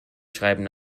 schreiben